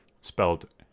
spelled